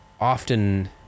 often